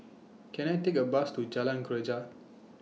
Can I Take A Bus to Jalan Greja